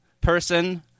person